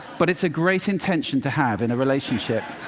but it's a great intention to have in a relationship.